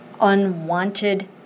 unwanted